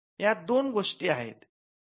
यात दोन गोष्टी आहेत